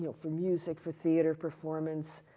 you know for music, for theater, performance,